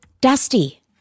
Dusty